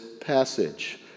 passage